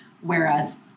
Whereas